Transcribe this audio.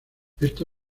esta